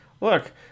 Look